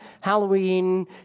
Halloween